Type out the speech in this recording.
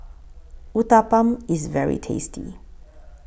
Uthapam IS very tasty